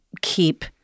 keep